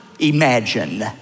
imagine